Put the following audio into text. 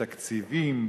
תקציבים,